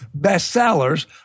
bestsellers